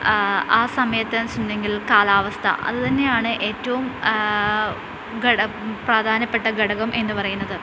ആ സമയത്തെന്ന് വച്ചിട്ടുണ്ടെങ്കിൽ കാലാവസ്ഥ അതുതന്നെയാണ് ഏറ്റവും ഘട പ്രധാനപ്പെട്ട ഘടകം എന്നുപറയുന്നത്